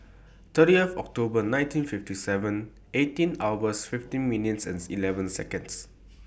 thirtieth October nineteen fifty seven eight hours fifteen minutes eleven Seconds